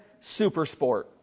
Supersport